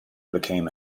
became